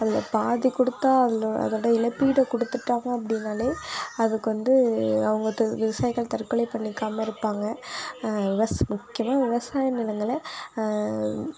அதில் பாதி கொடுத்தா அதில் அதோடு இழப்பீடு கொடுத்துட்டாங்க அப்படின்னாலே அதுக்கு வந்து அவங்க விவசாயிகள் தற்கொலை பண்ணிக்காம இருப்பாங்க விவச முக்கியமாக விவசாய நிலங்களை